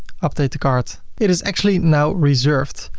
update the cart. it is actually now reserved.